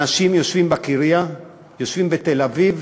אנשים יושבים בקריה, יושבים בתל-אביב,